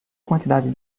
quantidade